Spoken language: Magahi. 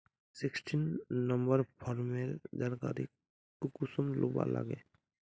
सिक्सटीन नंबर फार्मेर जानकारी कुंसम लुबा लागे?